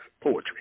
poetry